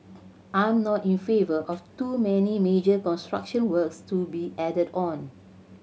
I'm not in favour of too many major construction works to be added on